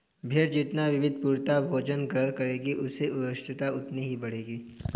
भेंड़ जितना विविधतापूर्ण भोजन ग्रहण करेगी, उसकी पुष्टता उतनी ही बढ़ेगी